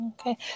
Okay